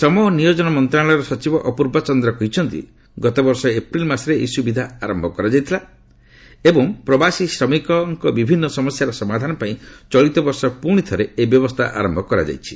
ଶ୍ରମ ଓ ନିୟୋଜନ ମନ୍ତ୍ରଶାଳୟର ସଚିବ ଅପୂର୍ବ ଚନ୍ଦ୍ରା କହିଛନ୍ତି ଗତବର୍ଷ ଏପ୍ରିଲ ମାସରେ ଏହି ସୁବିଧା ଆରମ୍ଭ କରାଯାଇଥିଲା ଏବଂ ପ୍ରବାସୀ ଶ୍ରମିକଙ୍କ ବିଭିନ୍ନ ସମସ୍ୟାର ସମାଧାନ ପାଇଁ ଚଳିତବର୍ଷ ପୁଣି ଥରେ ଏହି ବ୍ୟବସ୍ଥା ଆରମ୍ଭ କରାଯାଇଛି